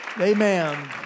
Amen